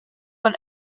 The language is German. von